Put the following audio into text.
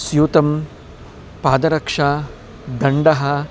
स्यूतं पादरक्षा दण्डः